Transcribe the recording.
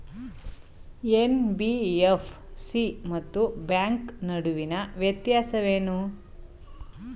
NBFC ಮತ್ತು bank ನಡುವಿನ ವ್ಯತ್ಯಾಸವೇನು?